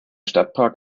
stadtpark